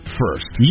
first